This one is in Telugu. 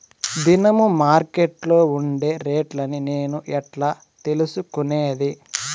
దినము మార్కెట్లో ఉండే రేట్లని నేను ఎట్లా తెలుసుకునేది?